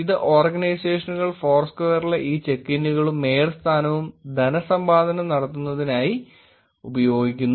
ഇന്ന് ഓർഗനൈസേഷനുകൾ ഫോർസ്ക്വയറിലെ ഈ ചെക്ക് ഇൻകളും മേയർ സ്ഥാനവും ധനസമ്പാദനം നടത്തുന്നത്തിനായി ഉപയോഗിക്കുന്നു